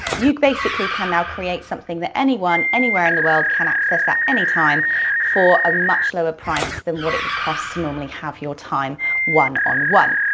you basically can now create something that anyone, anywhere in the world can access at any time for a much lower price than what it would cost to normally have your time one on one.